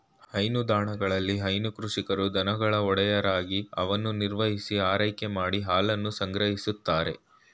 ಹೈನುದಾಣಗಳಲ್ಲಿ ಹೈನು ಕೃಷಿಕರು ದನಗಳ ಒಡೆಯರಾಗಿ ಅವನ್ನು ನಿರ್ವಹಿಸಿ ಆರೈಕೆ ಮಾಡಿ ಹಾಲನ್ನು ಸಂಗ್ರಹಿಸ್ತಾರೆ